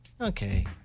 okay